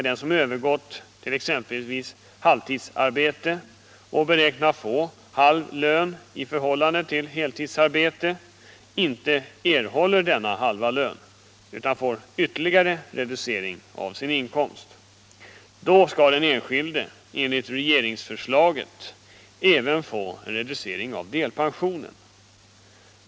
Den som övergått t.ex. till halvtidsarbete och beräknat att få hälften av lönen för heltidsarbete kanske då inte erhåller hälften av den lön han tidigare haft utan får en ytterligare reducering av sin inkomst. I sådana fall skall den enskilde enligt regeringsförslaget även få en reducering av delpensionen.